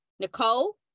Nicole